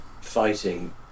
fighting